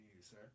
sir